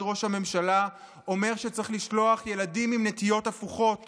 ראש הממשלה אומר שצריך לשלוח ילדים עם נטיות הפוכות